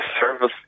service